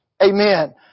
Amen